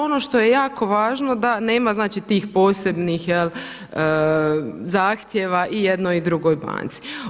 Ono što je jako važno da nema znači tih posebnih zahtjeva jednoj i drugoj banci.